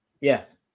Yes